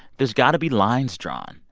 there's got to be lines drawn.